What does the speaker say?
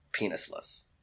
penisless